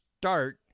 start